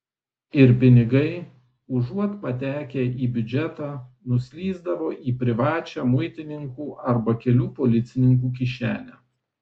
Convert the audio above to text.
ir pinigai užuot patekę į biudžetą nuslysdavo į privačią muitininkų arba kelių policininkų kišenę